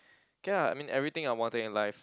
okay lah I mean everything I wanted in life